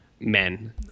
Men